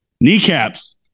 Kneecaps